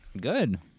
Good